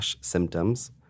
symptoms